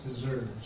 deserves